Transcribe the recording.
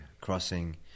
crossing